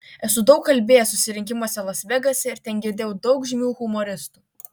esu daug kalbėjęs susirinkimuose las vegase ir ten girdėjau daug žymių humoristų